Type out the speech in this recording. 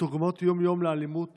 מתורגמות יום-יום לאלימות